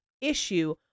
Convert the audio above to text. issue